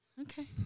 Okay